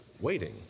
waiting